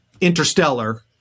Interstellar